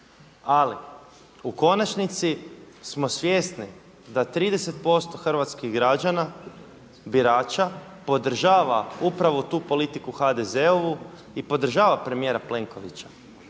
Ali u konačnici smo svjesni da 30% hrvatskih građana, birača podržava upravo tu politiku HDZ-ovu i podržava premijera Plenkovića.